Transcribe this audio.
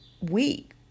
week